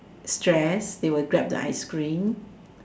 stress they will Grab the ice cream